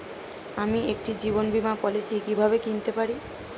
আমি একটি জীবন বীমা পলিসি কিভাবে কিনতে পারি?